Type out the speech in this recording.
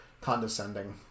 condescending